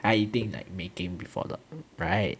他一定 like 没 game before 的 right